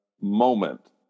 moment